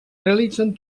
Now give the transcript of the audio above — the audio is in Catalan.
realitzen